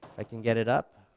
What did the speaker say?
i can get it up,